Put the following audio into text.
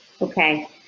Okay